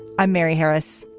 i'm mary harris.